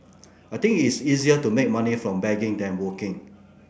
I think it's easier to make money from begging than working